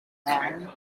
man